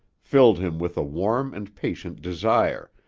filled him with a warm and patient desire,